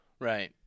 Right